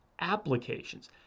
applications